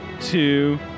two